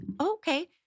okay